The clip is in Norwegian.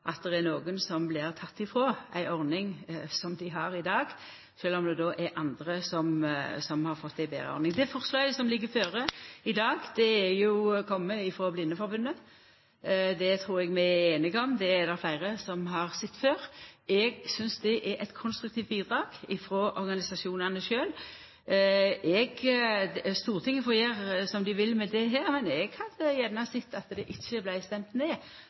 at det er nokre som blir fråtekne ei ordning som dei har i dag, sjølv om det er andre som har fått ei betre ordning. Det forslaget som ligg føre i dag, er kome frå Blindeforbundet. Det trur eg vi er einige om, det er det fleire som har sett før. Eg synest det er eit konstruktivt bidrag frå organisasjonane sjølve. Stortinget får gjera som dei vil med dette, men eg hadde gjerne sett at det ikkje vart stemt ned,